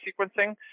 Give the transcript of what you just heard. sequencing